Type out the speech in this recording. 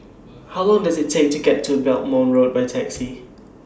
How Long Does IT Take to get to Belmont Road By Taxi